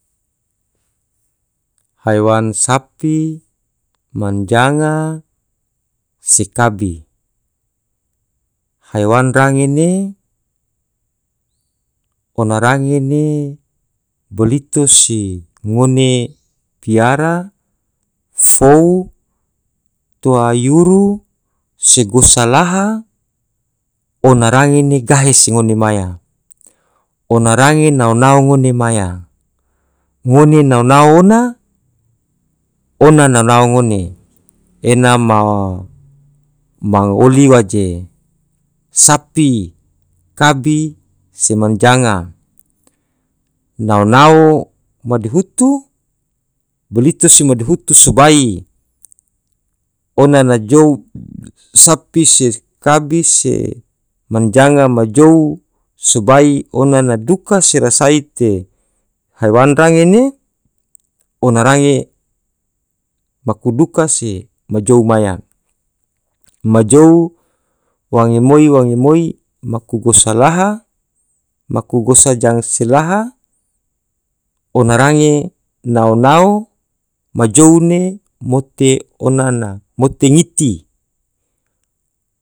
haiwan sapi. manjanga se kabi haiwan range ne ona range ne bolito si ngone piara. fou. toa yuru se gosa laha ona range ne gahe se ngone maya ona range nao nao ngone maya ngone nao nao ona- ona nao nao ngone ena ma ma oli waje sapi. kabi se manjanga nao nao madihutu boliti se madihutu sobai ona na jou sapi se kabi se manjanga ma jou sabai ona na duka se rasai te haiwan range ne ona range maku duka se ma jou maya majou wange moi wange moi maku gosa laha maku gosa jang se laha ona range nao nao ma jou ne mote ona na mote ngiti.